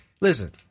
listen